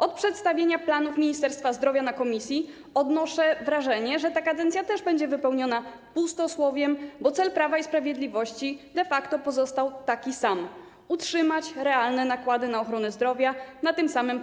Od przedstawienia planów Ministerstwa Zdrowia na posiedzeniu komisji odnoszę wrażenie, że ta kadencja też będzie wypełniona pustosłowiem, bo cel Prawa i Sprawiedliwości de facto pozostał taki sam: utrzymać realne nakłady na ochronę zdrowia na tym samym